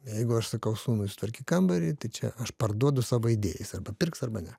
jeigu aš sakau sūnui sutvarkyk kambarį tai čia aš parduodu savo idėjas arba pirks arba ne